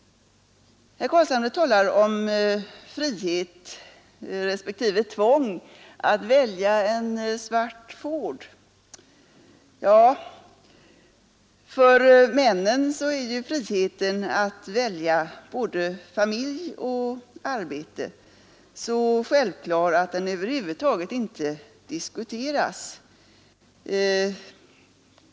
Herr Carlshamre talar om friheten respektive tvånget att välja en svart Ford. Ja, för männen är ju friheten att välja både familj och arbete så självklar att den över huvud taget inte diskuteras.